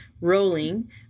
rolling